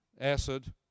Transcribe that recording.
acid